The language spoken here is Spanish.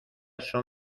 son